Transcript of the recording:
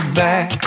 back